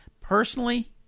Personally